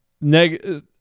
Negative